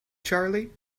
charley